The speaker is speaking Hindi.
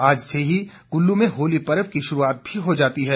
आज से ही कुल्लू में होली पर्व की शुरूआत भी हो जाती है